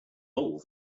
whole